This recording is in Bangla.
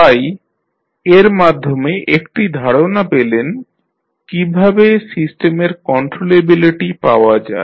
তাই এর মাধ্যমে একটি ধারণা পেলেন কীভাবে সিস্টেমের কন্ট্রোলেবিলিটি পাওয়া যায়